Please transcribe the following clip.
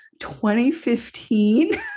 2015